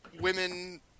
women